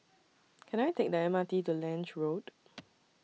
Can I Take The M R T to Lange Road